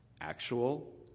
Actual